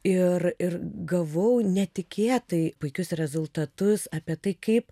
ir ir gavau netikėtai puikius rezultatus apie tai kaip